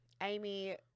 Amy